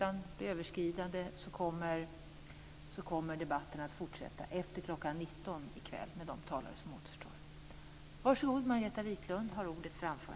Gör vi inte det kommer debatten att fortsätta efter kl. 19.00 i kväll med de talare som återstår.